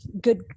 good